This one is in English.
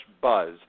buzz